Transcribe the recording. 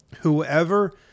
Whoever